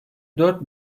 dört